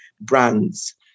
brands